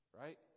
Right